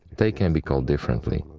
they can be called differently.